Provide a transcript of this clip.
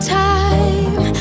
time